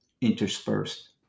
interspersed